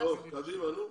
בסדר.